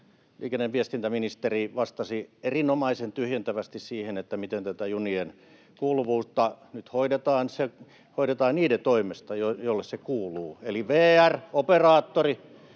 liikenne- ja viestintäministeri vastasi erinomaisen tyhjentävästi siihen, miten tätä junien kuuluvuutta nyt hoidetaan. Se hoidetaan niiden toimesta, joille se kuuluu: eli VR, operaattori